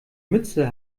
mütze